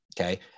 Okay